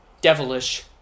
devilish